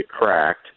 cracked